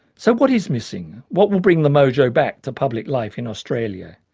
so what is missing? what will bring the mojo back to public life in australia?